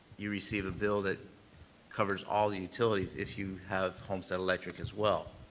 you receive a bill that covers all the utilities if you have homestead electric as well,